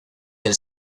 del